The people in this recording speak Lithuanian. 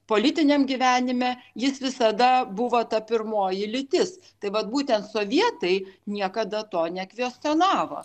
politiniam gyvenime jis visada buvo ta pirmoji lytis tai vat būtent sovietai niekada to nekvestionavo